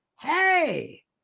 hey